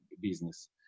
business